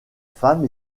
femme